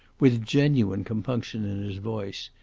with genuine compunction in his voice,